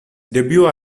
debut